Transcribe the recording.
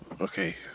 Okay